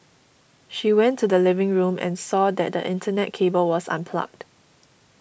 she went to the living room and saw that the Internet cable was unplugged